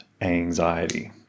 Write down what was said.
anxiety